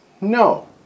No